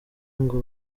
ngo